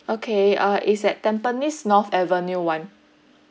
okay uh is at tampines north avenue one